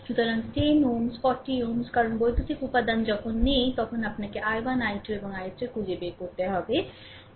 সুতরাং 10 Ω 40 Ω কারণ বৈদ্যুতিক উপাদান যখন নেই তখন আপনাকে i1 i2 এবং i3 খুঁজে বের করতে হবে